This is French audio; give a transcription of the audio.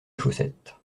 chaussettes